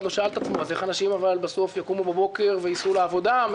לא שאל את עצמו איך אנשים בסוף יקומו בבוקר וייסעו לעבודה.